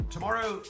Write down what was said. Tomorrow